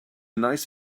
nice